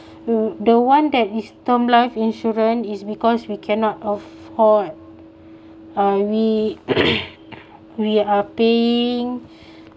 the one that is term life insurance is because we cannot afford uh we we are paying